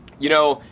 you know,